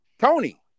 Tony